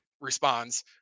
responds